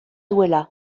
duela